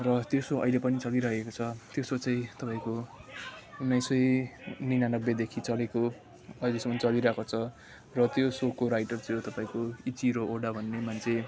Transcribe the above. र त्यो सो अहिले पनि चलिरहेको छ त्यो सो चाहिँ तपाईँको उन्नाइस सय निनानब्बेदेखि चलेको अहिलेसमन चलिरहेको छ र त्यो सोको राइटर चाहिँ हो तपाईँको इचिरो ओडा भन्ने मान्छे